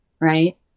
right